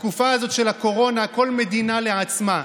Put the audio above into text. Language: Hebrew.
בתקופה הזו של הקורונה, כל מדינה לעצמה.